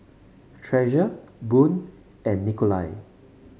Treasure Boone and Nikolai